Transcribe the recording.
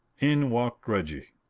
in walked reggie.